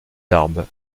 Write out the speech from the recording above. tarbes